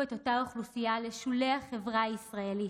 את אותה אוכלוסייה לשולי החברה הישראלית,